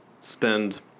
spend